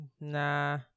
nah